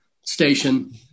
station